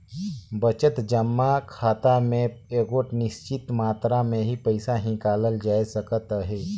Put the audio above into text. बचत जमा खाता में एगोट निच्चित मातरा में ही पइसा हिंकालल जाए सकत अहे